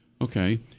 Okay